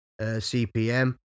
cpm